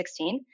2016